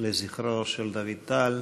לזכרו של דוד טל.